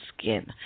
skin